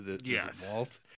Yes